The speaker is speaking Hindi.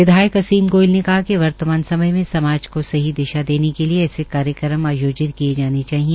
विधायक असीम गोयल ने कहा कि वर्तमान समय में समाज को सही दिशा देने के लिए ऐसे कार्यक्रम आयोजित किए जाने चाहिए